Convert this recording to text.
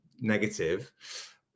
negative